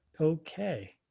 okay